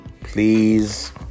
Please